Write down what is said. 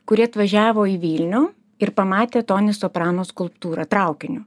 kuri atvažiavo į vilnių ir pamatė tony soprano skulptūrą traukiniu